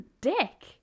dick